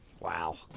Wow